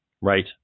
Right